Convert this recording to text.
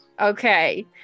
Okay